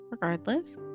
Regardless